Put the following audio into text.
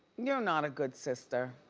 you're not a good sister,